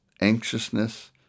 anxiousness